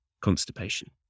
constipation